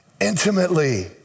intimately